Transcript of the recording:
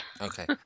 Okay